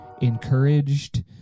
encouraged